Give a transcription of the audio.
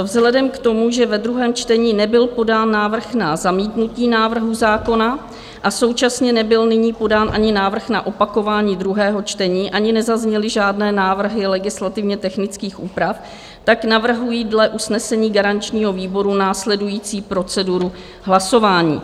Vzhledem k tomu, že ve druhém čtení nebyl podán návrh na zamítnutí návrhu zákona a současně nebyl nyní podán ani návrh na opakování druhého čtení, ani nezazněly žádné návrhy legislativně technických úprav, navrhuji dle usnesení garančního výboru následující proceduru hlasování.